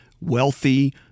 wealthy